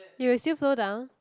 it will still flow down